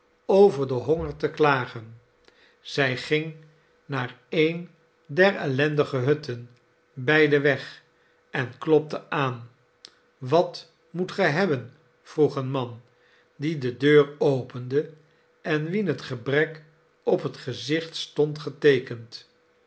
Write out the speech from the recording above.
over den honger te klagen zij ging naar een der ellendige hutten bij den weg en klopte aan wat moet gij hebben vroeg een man die de deur opende en wien het gebrek op het gezicht stond geteekend